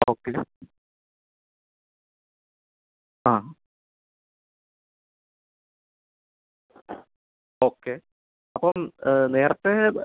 ടോപ്പിലാണോ ആ ഓക്കേ അപ്പം നേരത്തെ